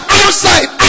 outside